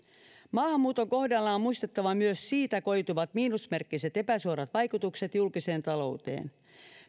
maahanmuuton kohdalla on muistettava myös siitä koituvat miinusmerkkiset epäsuorat vaikutukset julkiseen talouteen